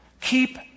keep